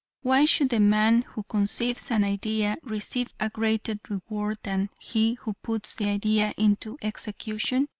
why should the man who conceives an idea receive a greater reward than he who puts the idea into execution?